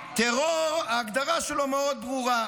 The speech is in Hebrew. טרור, ההגדרה שלו מאוד ברורה,